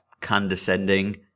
condescending